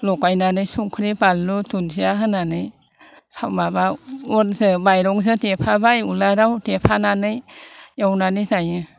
लगायनानै संख्रै बानलु दुनजिया होनानै माबा अनजों माइरंजों देफाबाय उलाराव देफानानै एवनानै जायो